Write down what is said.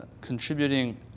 contributing